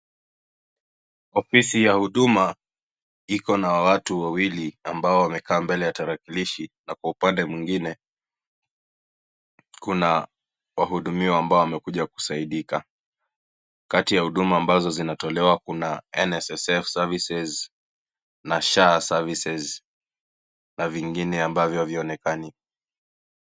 Ofisi ya Huduma ikona watu wawili ambao wamekaa mbele ya tarakilishi, hapo pande mwingine kuna wahudumiwa ambao wamekuja kusaidika kati ya huduma ambazo zinatolewa kuna NSSF services na SHA services na vingine ambavyo havionekani.